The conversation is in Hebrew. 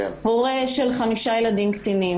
הורה של 5 ילדים קטינים,